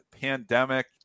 pandemic